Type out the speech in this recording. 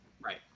right